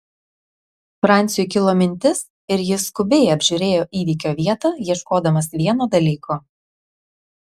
franciui kilo mintis ir jis skubiai apžiūrėjo įvykio vietą ieškodamas vieno dalyko